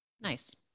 Nice